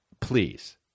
Please